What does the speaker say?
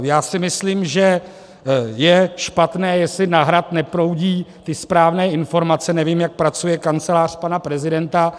Já si myslím, že je špatné, jestli na Hrad neproudí ty správné informace, nevím, jak pracuje Kancelář pana prezidenta.